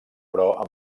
però